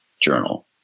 journal